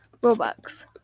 Robux